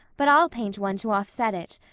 but i'll paint one to offset it.